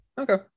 Okay